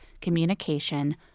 communication